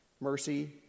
Mercy